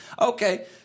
okay